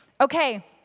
Okay